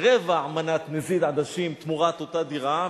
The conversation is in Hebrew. רבע מנת נזיד עדשים תמורת אותה דירה,